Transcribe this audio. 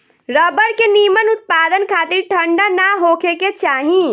rubber के निमन उत्पदान खातिर ठंडा ना होखे के चाही